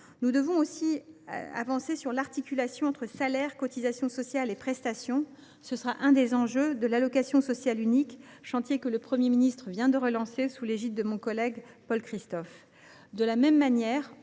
Nous devrons également avancer sur l’articulation entre salaires, cotisations sociales et prestations. C’est l’un des enjeux de l’allocation sociale unique, chantier que le Premier ministre vient de relancer, sous l’égide de mon collègue Paul Christophe. De la même manière,